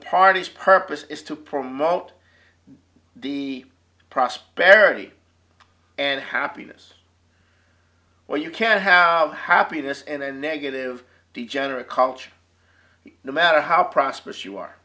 party's purpose is to promote the prosperity and happiness where you can have happiness and a negative degenerate culture no matter how prosperous you are